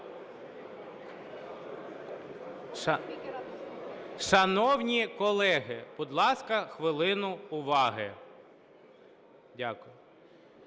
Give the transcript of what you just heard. Шановні колеги, будь ласка, хвилину уваги. Дякую.